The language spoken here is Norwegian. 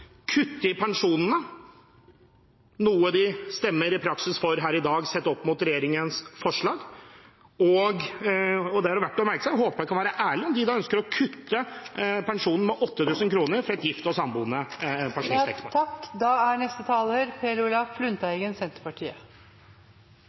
i pensjonene? Dette er noe de i praksis stemmer for i dag – sett opp mot regjeringens forslag. Det er det verdt å merke seg. Jeg håper de kan være ærlige med hensyn til om de ønsker å kutte pensjonen med 8 000 kr for gifte og samboende pensjonistspar. Jeg forstår det er